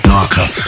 Darker